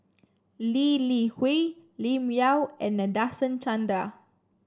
Lee Li Hui Lim Yau and Nadasen Chandra